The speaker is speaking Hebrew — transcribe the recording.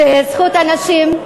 שזכות הנשים,